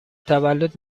تولد